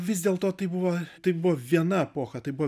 vis dėl to tai buvo tai buvo viena epocha tai buvo